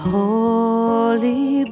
holy